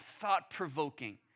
thought-provoking